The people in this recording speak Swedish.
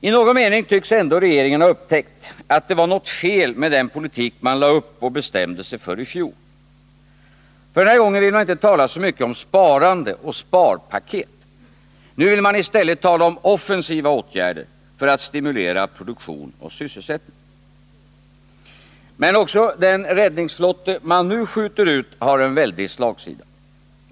I någon mening tycks ändå regeringen ha upptäckt att det var något fel med den politik man lade upp och bestämde sig för i fjol, för den här gången vill man inte tala så mycket om sparande och sparpaket. Nu vill man tala om offensiva åtgärder för att stimulera produktion och sysselsättning. Men också den räddningsflotte som man nu skjuter ut har en väldig slagsida.